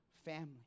family